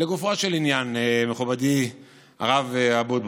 לגופו של עניין, מכובדי הרב אבוטבול,